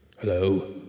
Hello